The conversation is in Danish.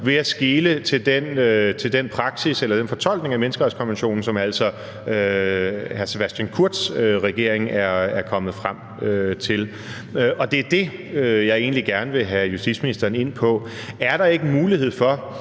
ved at skele til den praksis eller den fortolkning af menneskerettighedskonventionen, som altså hr. Sebastian Kurz' regering er kommet frem til, og det er det, jeg egentlig gerne vil have justitsministeren ind på. Er der ikke mulighed for